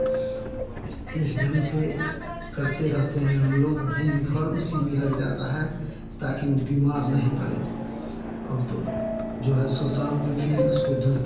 इस ढंग से करते रहते हैं हम लोग दिनभर उसी में लग जाता है ताकि वह बीमार नहीं पड़े अब जो है सो शाम में फिर उसको दुहते